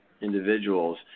individuals